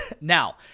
Now